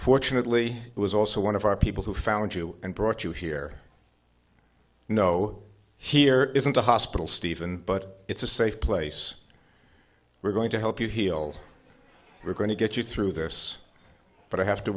fortunately was also one of our people who found you and brought you here no here isn't a hospital stephen but it's a safe place we're going to help you heal we're going to get you through this but i have to